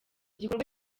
gikorwa